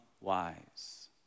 wise